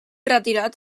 retirat